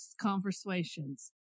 Conversations